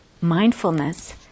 mindfulness